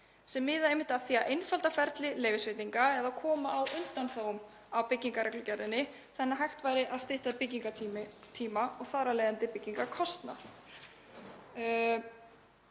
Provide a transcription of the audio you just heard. sem miða að því að einfalda ferli leyfisveitinga eða koma á undanþágum á byggingarreglugerðinni þannig að hægt væri að stytta byggingartíma og þar af leiðandi byggingarkostnað.